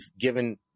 given